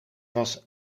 was